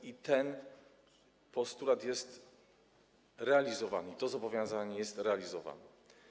I ten postulat jest realizowany, to zobowiązanie jest realizowane.